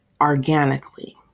organically